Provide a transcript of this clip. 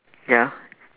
ya